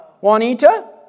Juanita